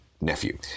nephew